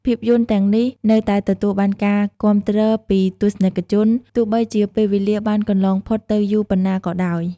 ភាពយន្តទាំងនេះនៅតែទទួលបានការគាំទ្រពីទស្សនិកជន ទោះបីជាពេលវេលាបានកន្លងផុតទៅយូរប៉ុណ្ណោះក៏ដោយ។